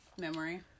Memory